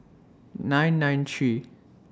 nine nine three